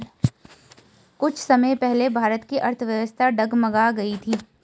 कुछ समय पहले भारत की अर्थव्यवस्था डगमगा गयी थी